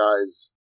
guy's